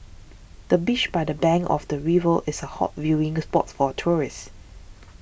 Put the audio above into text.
the bench by the bank of the river is a hot viewing spot for tourists